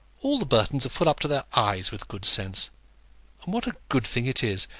all the burtons are full up to their eyes with good sense. and what a good thing it is!